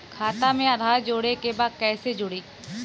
खाता में आधार जोड़े के बा कैसे जुड़ी?